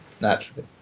Naturally